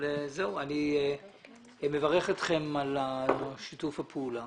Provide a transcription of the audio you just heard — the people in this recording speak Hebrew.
אני מברך אתכם על שיתוף הפעולה